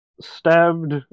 stabbed